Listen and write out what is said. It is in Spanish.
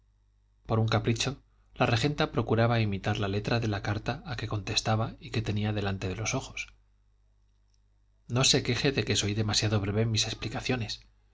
por un capricho la regenta procuraba imitar la letra de la carta a que contestaba y que tenía delante de los ojos no se queje de que soy demasiado breve en mis explicaciones